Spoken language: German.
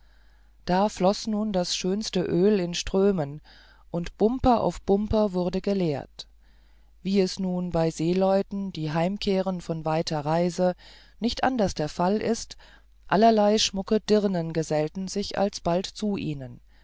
da floß nun das schönste öl in strömen und bumper auf bumper wurde geleert wie es denn nun bei seeleuten die heimkehren von weiter reise nicht anders der fall ist allerlei schmucke dirnen gesellten sich alsbald zu ihnen